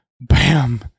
bam